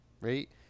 right